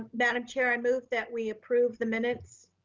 madam chair, i move that we approve the minutes.